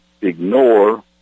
ignore